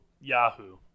Yahoo